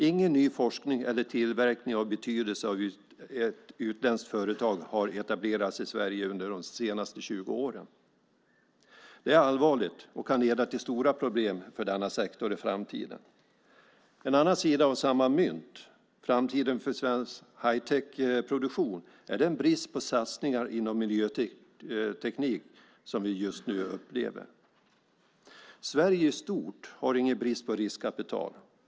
Ingen ny forskning eller tillverkning av betydelse av ett utländskt företag har etablerats i Sverige under de senaste 20 åren. Det är allvarligt och kan leda till stora problem för denna sektor i framtiden. En annan sida av samma mynt, framtiden för svensk hightechproduktion, är den brist på satsningar inom miljöteknik som vi just nu upplever. Sverige i stort har ingen brist på riskkapital.